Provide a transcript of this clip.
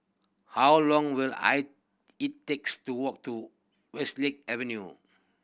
how long will I it takes to walk to Westlake Avenue